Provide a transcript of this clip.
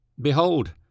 behold